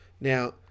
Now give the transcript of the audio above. Now